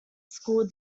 school